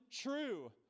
true